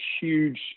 huge